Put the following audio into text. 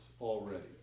already